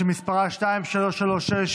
שמספרה 2336,